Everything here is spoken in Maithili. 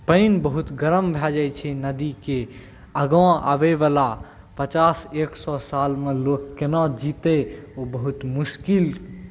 पानि बहुत गरम भऽ जाइ छै नदीके आगाँ आबैवला पचास एक सओ सालमे लोक कोना जीतै ओ बहुत मोसकिल